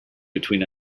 between